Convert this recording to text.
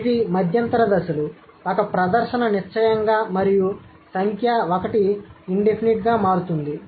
కాబట్టి ఇవి మధ్యంతర దశలు ఒక ప్రదర్శన నిశ్చయంగా మరియు సంఖ్యా ఒకటి ఇన్ డెఫినిట్గా మారుతుంది